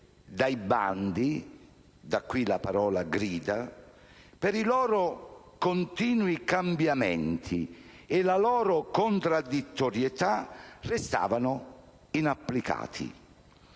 dai bandi (da qui la parola grida), per i loro continui cambiamenti e la loro contraddittorietà, restavano inapplicate.